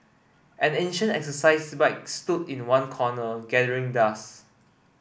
an ancient exercise bike stood in one corner gathering dust